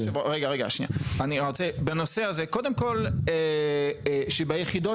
בנושא איכות